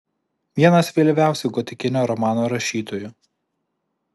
vienas vėlyviausių gotikinio romano rašytojų